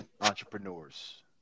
Entrepreneurs